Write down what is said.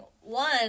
One